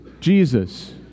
Jesus